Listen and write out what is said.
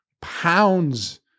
pounds